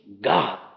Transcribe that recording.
God